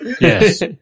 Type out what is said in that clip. Yes